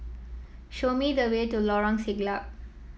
show me the way to Lorong Siglap